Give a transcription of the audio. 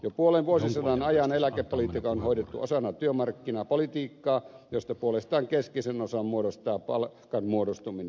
jo puolen vuosisadan ajan eläkepolitiikka on hoidettu osana työmarkkinapolitiikkaa josta puolestaan keskeisen osan muodostaa palkan muodostuminen